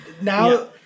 Now